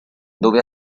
dove